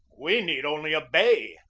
we need only a bay,